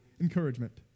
encouragement